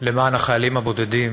למען החיילים הבודדים,